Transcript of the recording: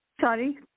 Sorry